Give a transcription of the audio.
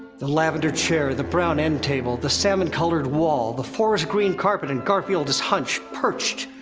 the lavender chair, the brown end table, the salmon-colored wall, the forest-green carpet, and garfield is hunched, perched,